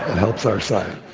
helps our side.